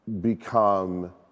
become